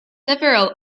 several